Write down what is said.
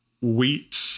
wheat